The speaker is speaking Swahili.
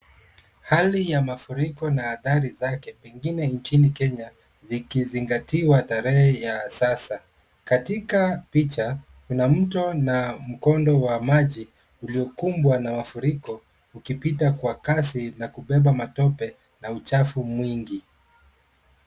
Hali ya mafuriko na adhari zake pengine nchini Kenya zingizingatiwa tahere ya sasa. Katika picha kuna mto na mkondo wa maji uliokubwa na mafuriko ukipita kwa kasi na kubeba matope na uchafu mwingi.